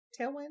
Tailwind